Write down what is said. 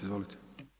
Izvolite.